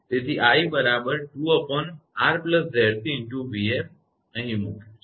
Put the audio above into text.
તેથી i બરાબર છે 𝑖 2𝑅𝑍𝑐𝑉𝑓 તમે તેને અહીં મૂક્યું છે